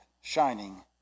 shining